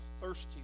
thirsty